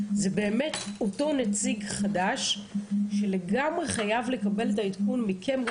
זה אותו נציג חדש שלגמרי חייב לקבל את העדכון מכם.